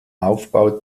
aufbau